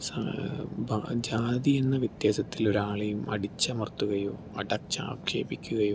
ജാതിയെന്ന വ്യത്യാസത്തിൽ ഒരാളെയും അടിച്ചമർത്തുകയോ അടച്ചാക്ഷേപിക്കുകയോ